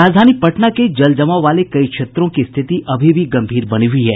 राजधानी पटना के जल जमाव वाले कई क्षेत्रों की स्थिति अभी भी गंभीर बनी हुई है